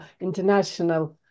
international